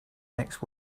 next